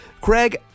Craig